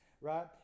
Right